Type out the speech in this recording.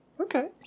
Okay